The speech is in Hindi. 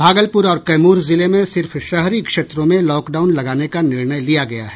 भागलपुर और कैमूर जिले में सिर्फ शहरी क्षेत्रों में लॉक डाउन लगाने का निर्णय लिया गया है